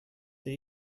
det